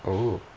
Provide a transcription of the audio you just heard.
oh